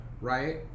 right